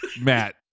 Matt